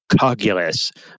Cogulus